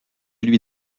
lui